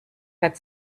had